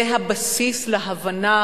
זה הבסיס להבנה